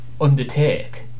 undertake